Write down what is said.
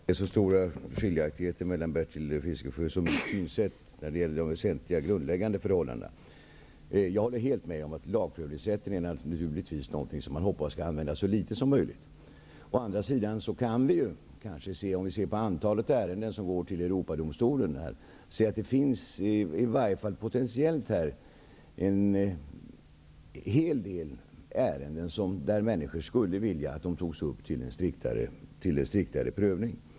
Fru talman! Det är inte så stora skiljaktigheter mellan Bertil Fiskesjös och mitt synsätt när det gäller de väsentliga grundläggande förhållandena. Jag håller helt med om att lagprövningsrätten naturligtvis är något som skall användas så litet som möjligt. Å andra sidan kan vi se på antalet ärenden som går vidare till Europadomstolen att det potentiellt finns en hel del ärenden där människor skulle vilja ha en striktare prövning.